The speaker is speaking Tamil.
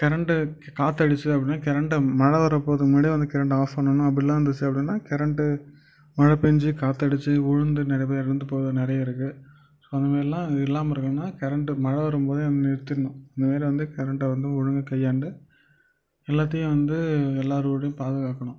கரண்டு கா காற்றடிச்சது அப்படின்னா கரண்டை மழை வர போகறதுக்கு முன்னாடியே வந்து கரண்ட ஆஃப் பண்ணணும் அப்படில்லாம் இருந்துச்சு அப்படின்னா கரண்டு மழை பெஞ்சி காற்றடிச்சி விலுந்து நிறைய பேர் இறந்து போக நிறையா இருக்கு ஸோ அந்த மாரில்லாம் இல்லாமல் இருக்கணுன்னா கரண்டு மழை வரும்போதே வந்து நிறுத்திவிட்ணும் இந்தமாரி வந்து கரண்டை வந்து ஒழுங்காக கையாண்டு எல்லாத்தையும் வந்து எல்லாரோடையும் பாதுகாக்கணும்